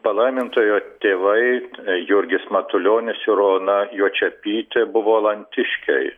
palaimintojo tėvai jurgis matulionis ir ona juočepytė buvo alantiškiai